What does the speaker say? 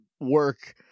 work